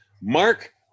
Mark